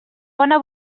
bona